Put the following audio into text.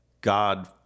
God